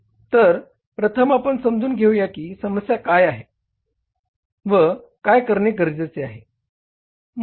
तर प्रथम आपण समजू घेऊया की समस्या काय आहे व काय करणे गरजेचे आहे